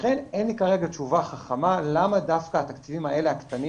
ולכן אין לי כרגע תשובה חכמה למה דווקא התקציבים האלה הקטנים